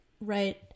right